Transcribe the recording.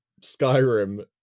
Skyrim